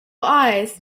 eyes